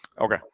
Okay